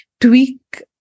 tweak